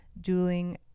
dueling